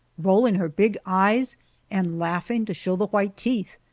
rolling her big eyes and laughing to show the white teeth.